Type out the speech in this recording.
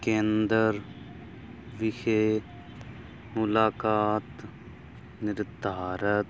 ਕੇਂਦਰ ਵਿਖੇ ਮੁਲਾਕਾਤ ਨਿਰਧਾਰਤ